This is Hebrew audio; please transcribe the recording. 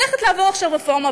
הולכת לעבור עכשיו רפורמה,